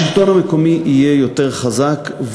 השלטון המקומי יהיה יותר חזק,